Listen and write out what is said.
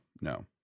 no